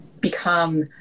become